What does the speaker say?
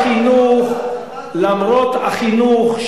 למרות החינוך,